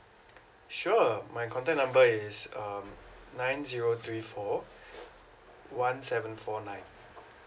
sure my contact number is um nine zero three four one seven four nine